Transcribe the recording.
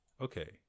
Okay